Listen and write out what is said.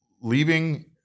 leaving